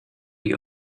the